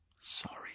sorry